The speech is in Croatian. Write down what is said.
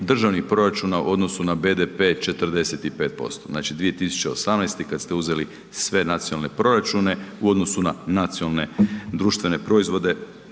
državnih proračuna u odnosu na BDP 45%. Znači, 2018. kad ste uzeli sve nacionalne proračune u odnosu na nacionalne društvene proizvode